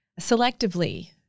selectively